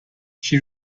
she